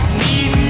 need